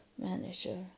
manager